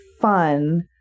fun